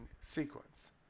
sequence